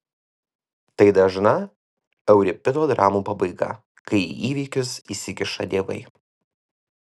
tai dažna euripido dramų pabaiga kai į įvykius įsikiša dievai